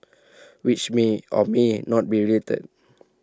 which may or may not be related